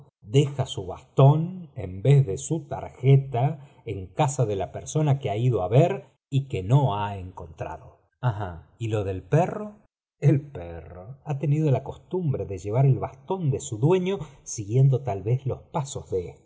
deja su bastón en vez de su tarjeta en casa de la persona que ha ido á ver y que no ha encontrado rí y lo del perro el perro ha tenido la costumbre de llevar el bastón de su dueño siguiendo tai vez los pasos de